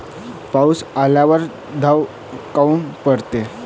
पाऊस आल्यावर दव काऊन पडते?